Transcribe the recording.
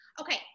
Okay